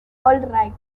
alright